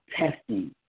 testing